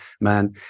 man